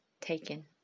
taken